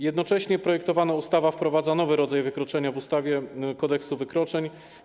Jednocześnie projektowana ustawa wprowadza nowy rodzaj wykroczenia w ustawie - Kodeks wykroczeń.